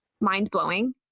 mind-blowing